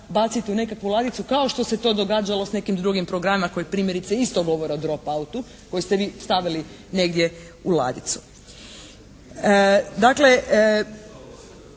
baciti u nekakvu ladicu kao što se to događalo s nekim drugim programima koji primjerice isto govore o "drop autu" koji ste vi stavili negdje u ladicu.